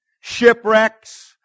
shipwrecks